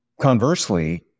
Conversely